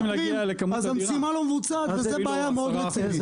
אז המשימה לא מבוצעת וזו בעיה מאוד רצינית.